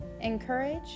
encourage